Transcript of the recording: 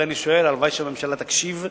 לכן אני אומר: הלוואי שהממשלה תקשיב ותושיע.